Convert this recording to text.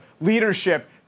leadership